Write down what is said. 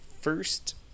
first